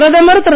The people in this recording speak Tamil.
பிரதமர் திரு